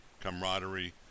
camaraderie